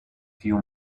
few